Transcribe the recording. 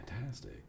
fantastic